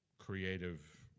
creative